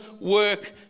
work